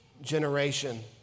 generation